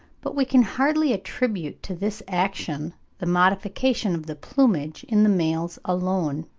but we can hardly attribute to this action the modification of the plumage in the males alone,